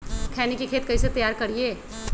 खैनी के खेत कइसे तैयार करिए?